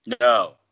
No